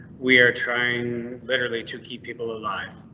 we're trying literally to keep people alive.